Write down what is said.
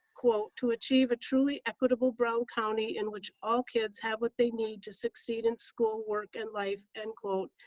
quote, to achieve a truly equitable brown county in which all kids have what they need to succeed in school work and life, end quote.